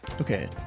Okay